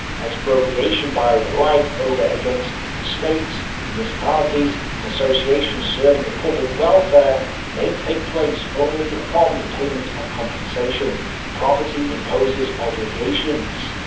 expropriation by the reich over against the states, municipalities, and associations serving the public welfare may take place only upon the payment of compensation. property imposes obligations.